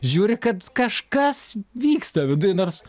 žiūri kad kažkas vyksta viduj nors